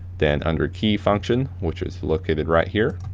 then under key function, which is located right here,